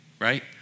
Right